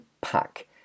pack